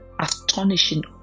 astonishing